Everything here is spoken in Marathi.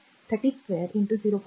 तर 30 2 0